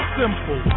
simple